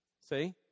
See